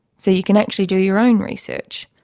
so you can actually do your own research.